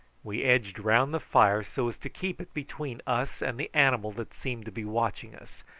we edged round the fire so as to keep it between us and the animal that seemed to be watching us,